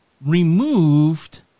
removed